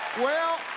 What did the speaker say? well,